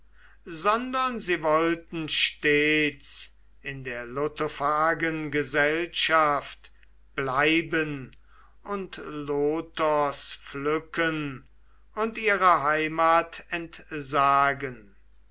sondern sie wollten stets in der lotophagen gesellschaft bleiben und lotos pflücken und ihrer heimat entsagen